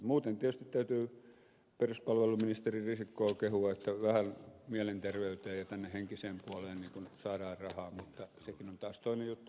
muuten tietysti täytyy peruspalveluministeri risikkoa kehua että vähän mielenterveyteen ja tänne henkiseen puoleen saadaan rahaa mutta sekin on taas toinen juttu